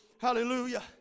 Hallelujah